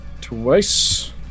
Twice